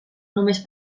només